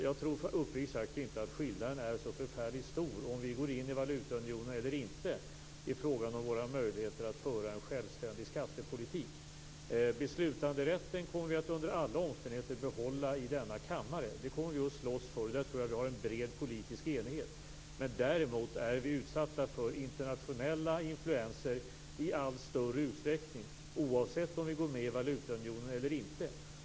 Jag tror uppriktigt sagt inte att skillnaden är så förfärligt stor vare sig vi går in i valutaunionen eller inte i fråga om våra möjligheter att föra en självständig skattepolitik. Beslutanderätten kommer vi under alla omständigheter att behålla i denna kammare. Det kommer vi att slåss för. Där tror jag att vi har en bred politisk enighet. Däremot är vi utsatta för internationella influenser i allt större utsträckning, oavsett om vi går med i valutaunionen eller inte.